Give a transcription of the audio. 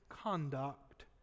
conduct